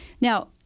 Now